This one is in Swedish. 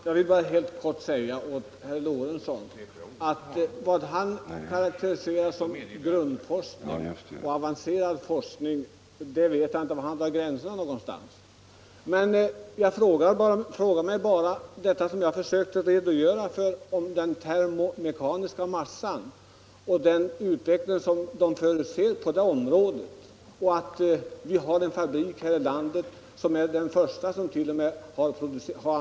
Herr talman! Jag vet inte var herr Lorentzon drar gränsen mellan grundforskning och avancerad forskning. Men jag upprepar vad jag sade om den termomekaniska massan och den utveckling som förutses på det området. Vi har i landet en fabrik som var den första att ta upp denna verksamhet.